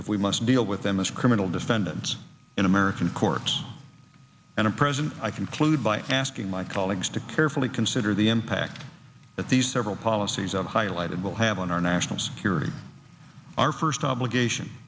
if we must deal with them as criminal defendants in american courts and present i conclude by asking my colleagues to carefully consider the impact that these several policies of highlighted will have on our national security our first obligation